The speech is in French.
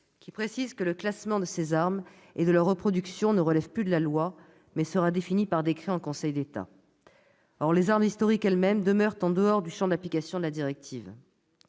qui précise que le classement de ces armes et leurs reproductions ne relèvent plus de la loi, mais sera défini par décret en Conseil d'État. Or les armes historiques elles-mêmes demeurent en dehors du champ d'application de la directive.